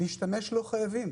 להשתמש לא חייבים.